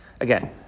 again